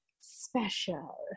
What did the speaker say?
special